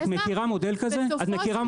את מכירה מודל כזה?